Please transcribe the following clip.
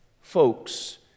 folks